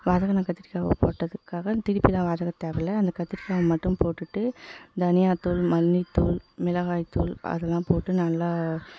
வதங்கின கத்திரிக்காயை போட்டதுக்காக திருப்பிலாம் வதக்க தேவையில்லை அந்த கத்திரிக்காயை மட்டும் போட்டுவிட்டு தனியாத்தூள் மல்லித்தூள் மிளகாய்த்தூள் அதெல்லாம் போட்டு நல்லா